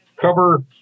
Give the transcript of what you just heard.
cover